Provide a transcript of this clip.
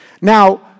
Now